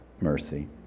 mercy